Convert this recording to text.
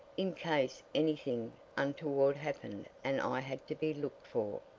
in case anything untoward happened and i had to be looked for.